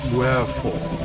Wherefore